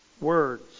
Words